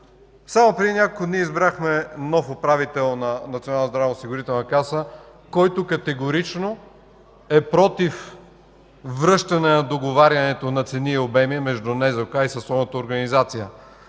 Само преди няколко дни избрахме нов управител на Националната здравноосигурителна каса, който е категорично против връщането на договарянето на цени и обеми между НЗОК и съсловните организации.